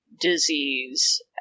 disease